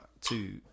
two